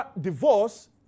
divorce